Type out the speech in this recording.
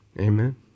Amen